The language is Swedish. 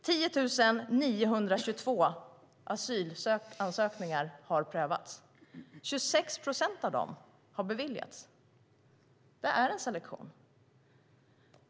10 922 asylansökningar har prövats. 26 procent av dem har beviljats. Det är en selektion.